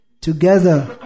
together